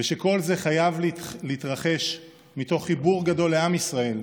ושכל זה חייב להתרחש מתוך חיבור גדול לעם ישראל,